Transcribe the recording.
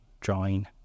drawing